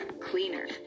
cleaner